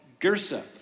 Gersa